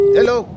Hello